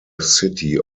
city